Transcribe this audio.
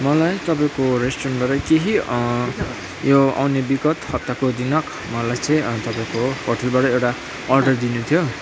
मलाई तपाईँको रेस्टुरेन्टबाट केही यो आउने विगत हप्ताको दिन मलाई चाहिँ तपाईँको होटेलबाट एउटा अर्डर दिनु थियो